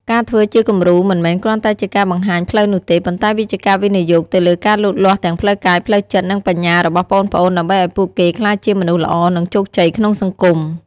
ការធ្វើជាគំរូមិនមែនគ្រាន់តែជាការបង្ហាញផ្លូវនោះទេ ប៉ុន្តែវាជាការវិនិយោគទៅលើការលូតលាស់ទាំងផ្លូវកាយ ផ្លូវចិត្ត និងបញ្ញារបស់ប្អូនៗ ដើម្បីឱ្យពួកគេក្លាយជាមនុស្សល្អ និងជោគជ័យក្នុងសង្គម ។